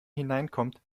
hineinkommt